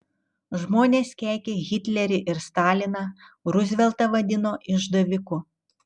žmonės keikė hitlerį ir staliną ruzveltą vadino išdaviku